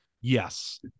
Yes